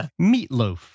meatloaf